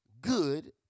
good